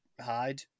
hide